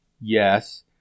Yes